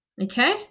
Okay